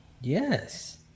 Yes